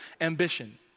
ambition